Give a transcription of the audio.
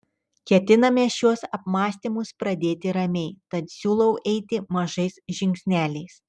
ketiname šiuos apmąstymus pradėti ramiai tad siūlau eiti mažais žingsneliais